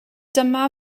dyma